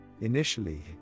Initially